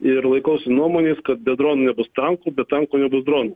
ir laikausi nuomonės kad be dronų nebus tankų be tankų nebus dronų